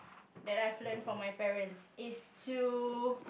that I have learnt from my parents is to